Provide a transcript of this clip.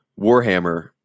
Warhammer